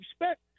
respect